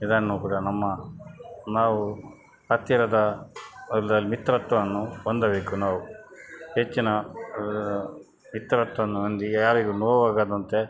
ಇದನ್ನು ಕೂಡ ನಮ್ಮ ನಾವು ಹತ್ತಿರದ ಅವರದ್ರಲ್ಲಿ ಮಿತ್ರತ್ವವನ್ನು ಹೊಂದಬೇಕು ನಾವು ಹೆಚ್ಚಿನ ಮಿತ್ರತ್ವವನ್ನು ಹೊಂದಿ ಯಾರಿಗೂ ನೋವಾಗದಂತೆ